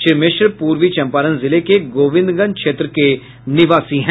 श्री मिश्र पूर्वी चंपारण जिले के गोविंदगंज क्षेत्र के निवासी हैं